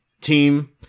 team